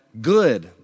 good